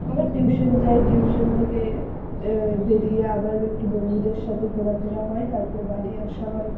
আবার টিউশন যাই টিউশন থেকে বেরিয়ে আবার একটু বন্ধুদের সাথে ঘোরাফেরা হয় তারপরে বাড়ি আসা হয়